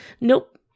Nope